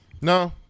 No